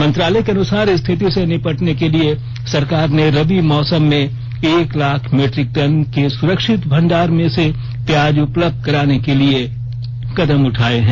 मंत्रालय के अनुसार स्थिति से निपटने के लिए सरकार ने रबी मौसम के एक लाख मीट्रिक टन के सुरक्षित भंडार में से प्याज उपलब्ध कराने के लिए कदम उठाए हैं